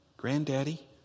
Granddaddy